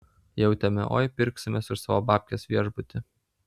jautėme oi pirksimės už savo babkes viešbutį